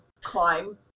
climb